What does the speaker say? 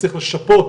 ישפיע